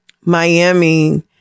Miami